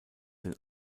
den